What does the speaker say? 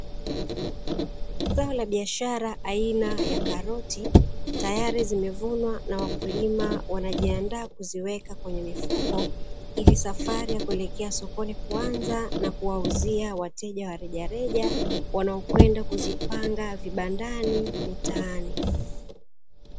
Zao la biashara aina ya karoti tayari zimevunwa na wakulima wanajiandaa kuziweka kwenye mifuko, ili safari ya kuelekea sokoni kuanza na kuwauzia wateja wa warejareja wanao kwenda kuzipanga vibandani mitaani.